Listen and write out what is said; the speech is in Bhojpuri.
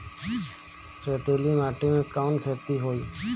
रेतीली माटी में कवन खेती होई?